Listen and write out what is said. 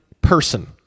person